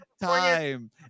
time